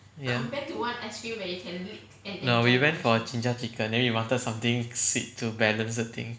ya no we went for jinjja chicken then we wanted something sweet to balance the thing